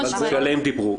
שעליהם דיברו,